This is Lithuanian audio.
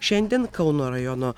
šiandien kauno rajono